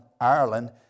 Ireland